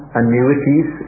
annuities